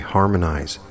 harmonize